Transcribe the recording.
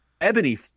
ebony